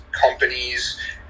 companies